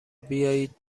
بیایید